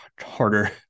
harder